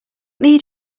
need